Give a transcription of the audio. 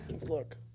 look